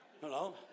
Hello